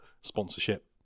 sponsorship